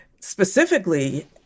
specifically